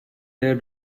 their